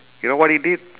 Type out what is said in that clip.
you know what he did